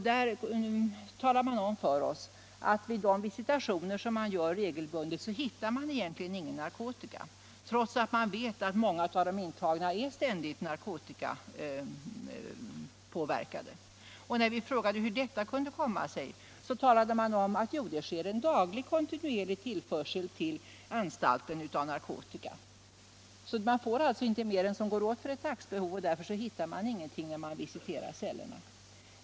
Där talade man om för oss att man vid de visitationer som man regelbundet gör egentligen inte hittar någon narkotika, trots att många av de intagna är ständigt narkotikapåverkade. När vi frågade hur det kunde komma sig talade man om att det sker en daglig kontinuerlig tillförsel av narkotika till anstalten. De får alltså inte mer än vad som går åt för dagen, och därför hittar personalen ingenting när den visiterar cellerna.